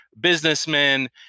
businessmen